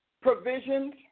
provisions